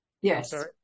Yes